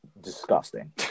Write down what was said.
disgusting